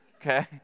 okay